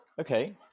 Okay